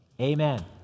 amen